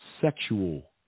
sexual